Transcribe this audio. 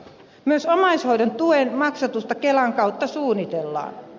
myös omaishoidon tuen maksatusta kelan kautta suunnitellaan